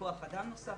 בכוח אדם נוסף,